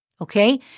Okay